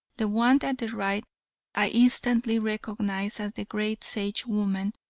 the one at the right i instantly recognized as the great sagewoman,